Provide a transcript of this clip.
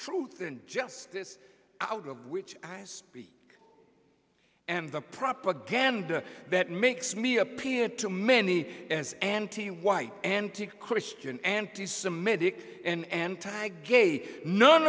truth and justice out of which i speak and the propaganda that makes me appear to many as anti white anti christian anti semitic an anti gay none